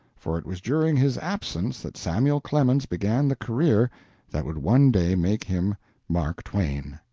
for it was during his absence that samuel clemens began the career that would one day make him mark twain.